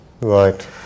right